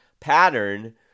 pattern